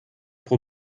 pro